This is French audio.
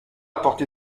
porté